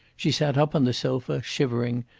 she sat up on the sofa, shivering,